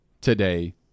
today